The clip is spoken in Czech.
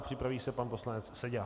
Připraví se pan poslanec Seďa.